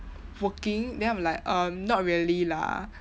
working then I'm like err not really lah